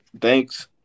Thanks